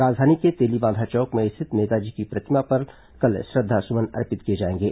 राजधानी के तेलीबांधा चौक में स्थित नेताजी की प्रतिमा पर कल श्रद्धासुमन अर्पित किए जाएंगे